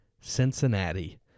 Cincinnati